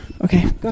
okay